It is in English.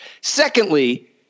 Secondly